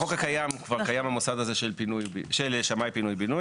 בחוק הקיים כבר קיים המוסד הזה של שמאי פינוי בינוי.